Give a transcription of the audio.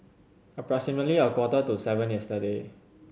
approximately a quarter to seven yesterday